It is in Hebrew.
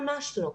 ממש לא.